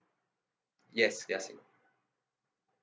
yes they're sing~